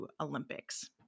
Olympics